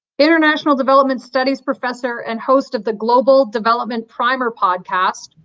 international development studies professor and host of the global development primer podcast,